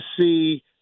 see